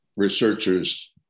researchers